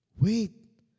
wait